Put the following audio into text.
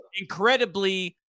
incredibly